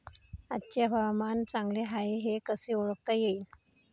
आजचे हवामान चांगले हाये हे कसे ओळखता येईन?